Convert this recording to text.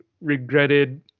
regretted